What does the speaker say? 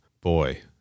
Boy